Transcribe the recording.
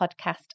podcast